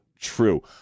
true